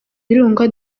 birunga